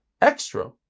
extra